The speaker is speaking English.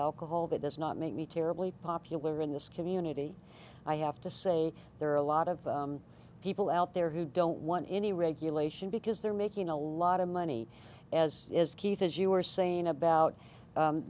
alcohol that does not make me terribly popular in this community i have to say there are a lot of people out there who don't want any regulation because they're making a lot of money as is keith as you were saying about